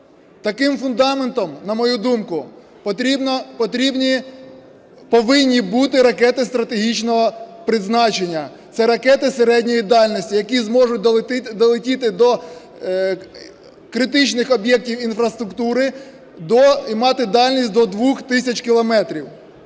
Таким фундаментом, на мою думку, повинні бути ракети стратегічного призначення – це ракети середньої дальності, які зможуть долетіти до критичних об'єктів інфраструктури, до… і мати дальність до 2 тисяч кілометрів.